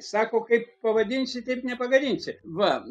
sako kaip pavadinsi taip nepagadinsi va